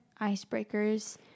icebreakers